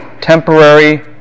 Temporary